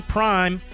Prime